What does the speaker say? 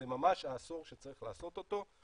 זה ממש העשור שצריך לעשות אותו.